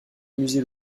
musée